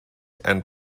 and